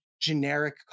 Generic